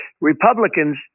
Republicans